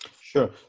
Sure